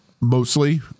mostly